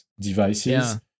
devices